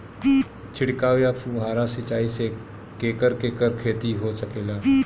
छिड़काव या फुहारा सिंचाई से केकर केकर खेती हो सकेला?